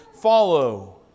follow